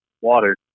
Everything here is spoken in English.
Water